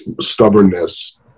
stubbornness